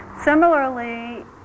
Similarly